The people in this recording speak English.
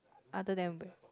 other than